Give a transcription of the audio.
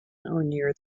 near